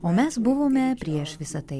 o mes buvome prieš visa tai